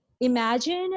imagine